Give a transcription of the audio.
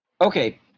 okay